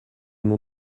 nom